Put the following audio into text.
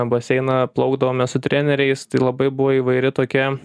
baseiną plaukdavome su treneriais tai labai buvo įvairi tokia